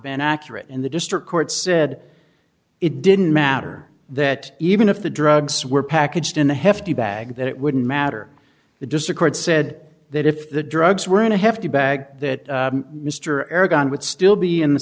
been accurate and the district court said it didn't matter that even if the drugs were packaged in a hefty bag that it wouldn't matter the just the court said that if the drugs were in a hefty bag that mr aragon would still be in the